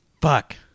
fuck